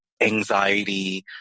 anxiety